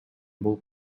болуп